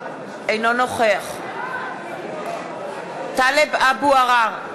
אינו נוכח טלב אבו עראר,